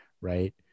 Right